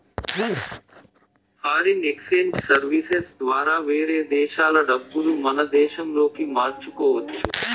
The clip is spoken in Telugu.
ఫారిన్ ఎక్సేంజ్ సర్వీసెస్ ద్వారా వేరే దేశాల డబ్బులు మన దేశంలోకి మార్చుకోవచ్చు